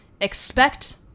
expect